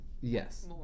Yes